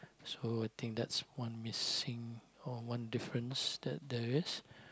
so I think that's one missing or one difference that there is